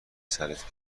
سرت